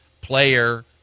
Player